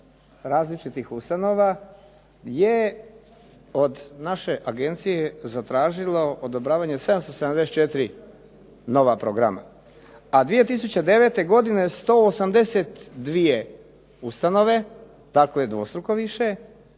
različitih ustanova je od naše agencije zatražilo odobravanje 774 nova programa, a 2009. godine 182 ustanove dakle dvostruko više